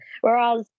Whereas